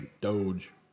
Doge